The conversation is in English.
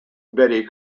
betty